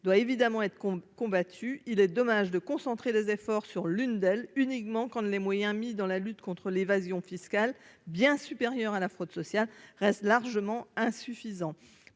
doit évidemment être combattu il est dommage de concentrer les efforts sur l'une d'elles, uniquement quand les moyens mis dans la lutte contre l'évasion fiscale bien supérieur à la fraude sociale reste largement insuffisant